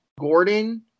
Gordon